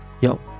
Yo